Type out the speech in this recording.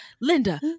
Linda